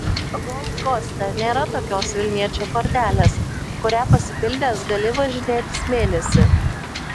gold koste nėra tokios vilniečio kortelės kurią pasipildęs gali važinėtis mėnesį